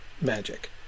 magic